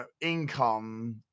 income